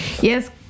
yes